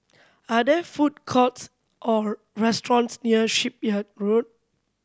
are there food courts or restaurants near Shipyard Road